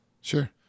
Sure